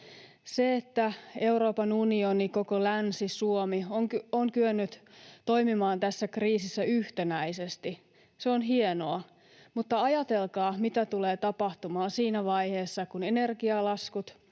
Se, että Euroopan unioni, koko länsi, Suomi ovat kyenneet toimimaan tässä kriisissä yhtenäisesti, on hienoa, mutta ajatelkaa, mitä tulee tapahtumaan siinä vaiheessa, kun energialaskut,